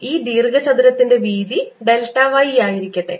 ഈ ദീർഘചതുരത്തിന്റെ വീതി ഡെൽറ്റ y ആയിരിക്കട്ടെ